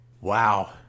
Wow